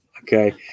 Okay